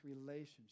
relationship